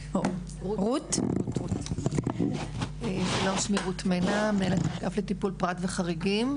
שלום, אני מנהלת האגף לטיפול פרט וחריגים.